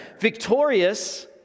victorious